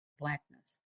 blackness